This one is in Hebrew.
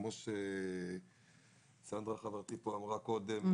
כמו שסנדרה חברתי אמרה פה קודם,